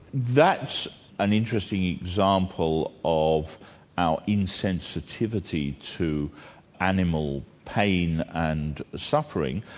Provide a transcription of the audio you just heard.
that's an interesting example of our insensitivity to animal pain and suffering,